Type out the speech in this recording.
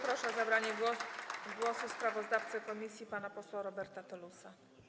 Proszę o zabranie głosu sprawozdawcę komisji pana posła Roberta Telusa.